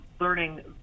learning